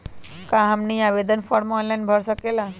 क्या हमनी आवेदन फॉर्म ऑनलाइन भर सकेला?